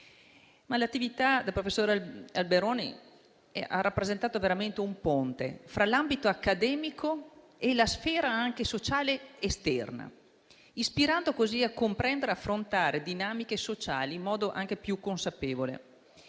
Le attività del professor Alberoni hanno rappresentato veramente un ponte fra l'ambito accademico e la sfera sociale esterna, ispirando così a comprendere e affrontare dinamiche sociali in modo anche più consapevole.